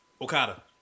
Okada